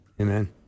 Amen